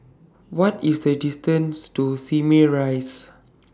What IS The distance to Simei Rise